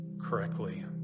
correctly